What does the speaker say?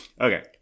Okay